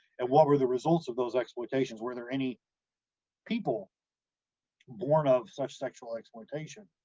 and what were the results of those exploitations, were there any people born of such sexual exploitation?